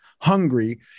hungry